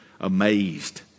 amazed